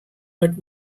but